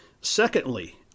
Secondly